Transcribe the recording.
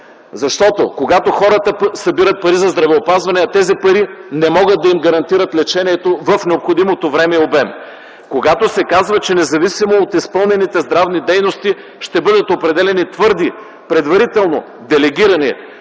Защото когато хората събират пари за здравеопазване, а тези пари не могат да им гарантират лечението в необходимото време и обем, когато се казва, че независимо от изпълнените здравни дейности ще бъдат определени твърди, предварително делегирани